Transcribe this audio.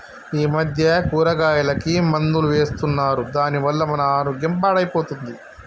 ఈ మధ్య కూరగాయలకి మందులు వేస్తున్నారు దాని వల్ల మన ఆరోగ్యం పాడైపోతుంది